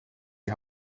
die